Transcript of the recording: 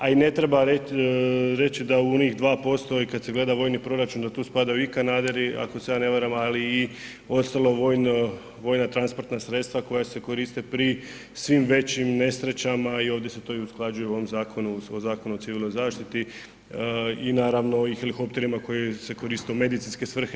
A i ne treba reći da u onih 2% i kada se gleda vojni proračun da tu spadaju i kanaderi, ako se ja ne varam ali i ostalo vojno, vojna transportna sredstva koja se koriste pri svim većim nesrećama i ovdje se to i usklađuje u ovom zakonu, u Zakonu o civilnoj zaštiti i naravno i helikopterima koji se koriste u medicinske svrhe.